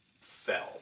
fell